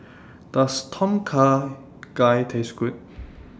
Does Tom Kha Gai Taste Good